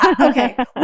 Okay